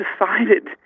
decided